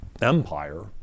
empire